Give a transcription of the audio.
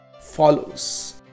follows